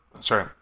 Sorry